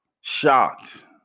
shocked